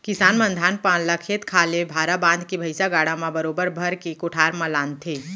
किसान मन धान पान ल खेत खार ले भारा बांध के भैंइसा गाड़ा म बरोबर भर के कोठार म लानथें